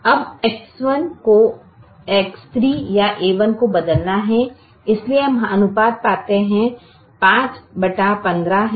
अब X1 को X3 या a1 को बदलना है इसलिए हम अनुपात पाते हैं